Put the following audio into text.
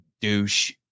douche